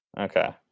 Okay